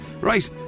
Right